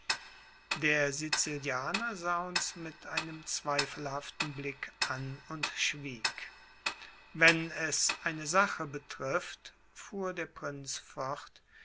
der sizilianer sah uns mit einem zweifelhaften blick an und schwieg wenn es eine sache betrifft fuhr der prinz fort